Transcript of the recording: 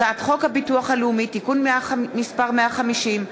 הצעת חוק הביטוח הלאומי (תיקון מס' 150),